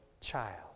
child